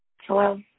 Hello